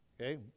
Okay